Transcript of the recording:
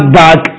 back